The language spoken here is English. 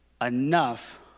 enough